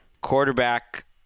quarterback